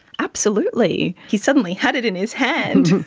absolutely, he suddenly had it in his hand.